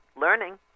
learning